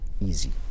easy